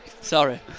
Sorry